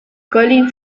colin